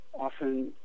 often